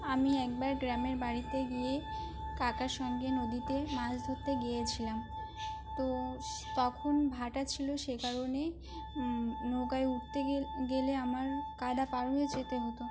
আমি একবার গ্রামের বাড়িতে গিয়ে কাকার সঙ্গে নদীতে মাছ ধরতে গিয়েছিলাম তো তখন ভাটা ছিল সে কারণে নৌকায় উঠতে গেলে আমার কাদা পার হয়ে যেতে হতো